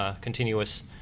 continuous